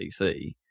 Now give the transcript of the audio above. PC